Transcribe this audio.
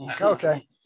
Okay